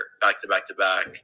back-to-back-to-back